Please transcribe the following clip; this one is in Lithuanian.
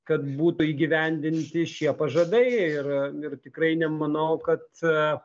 kad būtų įgyvendinti šie pažadai ir ir tikrai nemanau kad